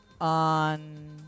on